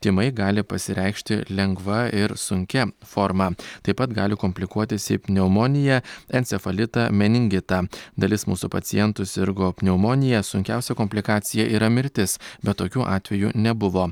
tymai gali pasireikšti lengva ir sunkia forma taip pat gali komplikuotis į pneumoniją encefalitą meningitą dalis mūsų pacientų sirgo pneumonija sunkiausia komplikacija yra mirtis bet tokių atvejų nebuvo